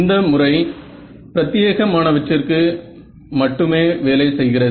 இந்த முறை பிரத்யேகமானவற்றிற்கு மட்டும் வேலை செய்கிறது